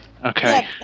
okay